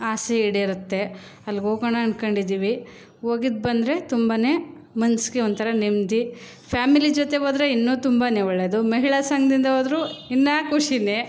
ಆಸೆ ಈಡೇರುತ್ತೆ ಅಲ್ಗೆ ಹೋಗೋಣ ಅಂದ್ಕೊಂಡಿದ್ದೀವಿ ಹೋಗಿದ್ದು ಬಂದರೆ ತುಂಬನೇ ಮನಸ್ಸಿಗೆ ಒಂಥರ ನೆಮ್ಮದಿ ಫ್ಯಾಮಿಲಿ ಜೊತೆ ಹೋದರೆ ಇನ್ನೂ ತುಂಬನೇ ಒಳ್ಳೆಯದು ಮಹಿಳಾ ಸಂಘದಿಂದ ಹೋದರು ಇನ್ನೂ ಖುಷಿಯೇ